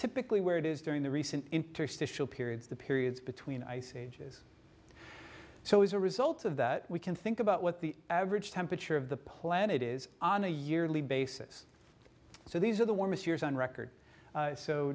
typically where it is during the recent interstitial periods the periods between ice ages so as a result of that we can think about what the average temperature of the planet is on a yearly basis so these are the warmest years on record